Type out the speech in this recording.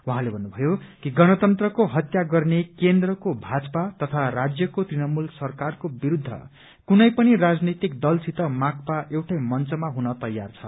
उहाँले भन्नुभयो कि गणतन्त्रको हत्या गर्ने केन्द्रको भाजपा तथा राज्यको तृणमूल सरकारको विरूद्ध कुनै पनि राजनैतिक दलसित माकपा एउटै मंचमा हुन तयार छ